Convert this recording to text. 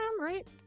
right